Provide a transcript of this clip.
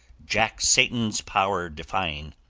jack satan's power defying.